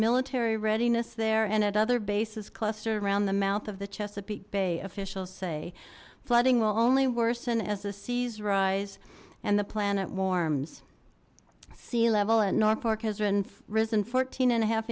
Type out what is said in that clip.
military readiness there and at other bases clustered around the mouth of the chesapeake bay officials say flooding will only worsen as the seas rise and the planet warms sea level at norfolk has risen fourteen and a half